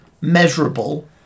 measurable